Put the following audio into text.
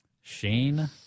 Shane